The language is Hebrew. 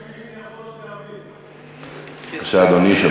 בבקשה, אדוני.